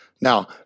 Now